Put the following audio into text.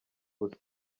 busa